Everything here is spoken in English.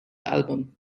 album